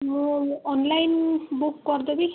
ମୁଁ online book କରିଦେବି ତ